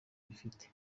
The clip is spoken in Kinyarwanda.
bafite